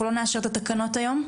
אנחנו לא נאשר את התקנות היום.